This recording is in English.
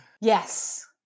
yes